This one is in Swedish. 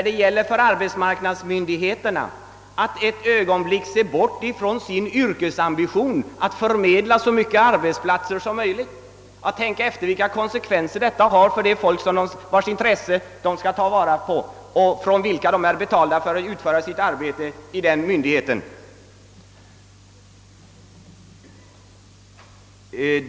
Det gäller då för arbetsmarknadsmyndigheterna att för ett ögonblick se bort från sin yrkesambition att förmedla så många arbetsplatser som möjligt och i stället tänka efter vilka konsekvenser detta har för de människor, vilkas intressen de skall tillvarata och vilka betalar myndighetens verksamhet.